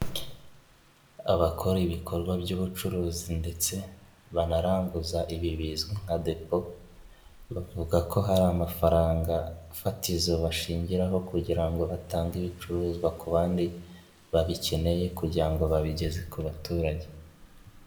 Abakora ibikorwa by'ubucuruzi ndetse banaranguza ibi bizwi nka depo, bavuga ko hari amafaranga fatizo bashingiraho kugira ngo batange ibicuruzwa ku bandi babikeneye kugira ngo babigeze ku baturage.